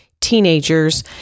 teenagers